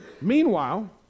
Meanwhile